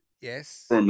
yes